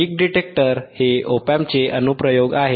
पीक detector हे op amp चे अनुप्रयोग आहे